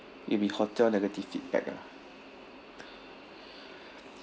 it'll be hotel negative feedback ah